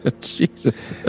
Jesus